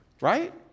right